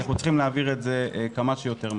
כי אנחנו צריכים להעביר את זה כמה שיותר מהר.